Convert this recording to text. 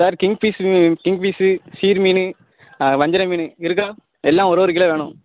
sir king fish மீ king fish சீர் மீன் ஆ வஞ்சிர மீன் இருக்கா எல்லாம் ஒரு ஒரு கிலோ வேணும்